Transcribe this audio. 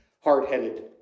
hard-headed